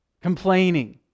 Complaining